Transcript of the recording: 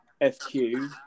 FQ